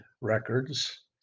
records